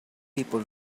people